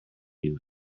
you